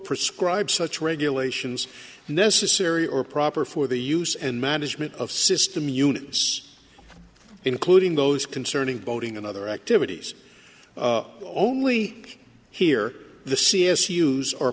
prescribe such regulations necessary or proper for the use and management of system units including those concerning boating and other activities only here the c s use o